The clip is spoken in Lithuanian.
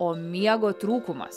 o miego trūkumas